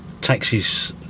taxis